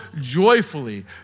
joyfully